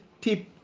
tip